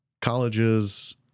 Colleges